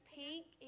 pink